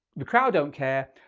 the crowd don't care,